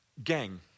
Gang